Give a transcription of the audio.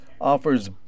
Offers